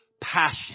passion